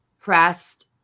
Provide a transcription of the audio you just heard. pressed